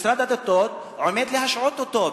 משרד הדתות עומד להשעות אותו,